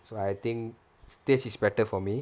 so I think stage is better for me